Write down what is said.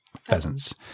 Pheasants